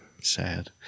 Sad